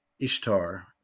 Ishtar